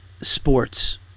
sports